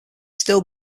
still